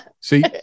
See